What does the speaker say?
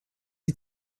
die